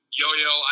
yo-yo